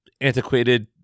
antiquated